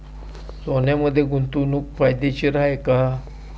सोन्यामध्ये गुंतवणूक फायदेशीर आहे का?